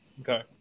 Okay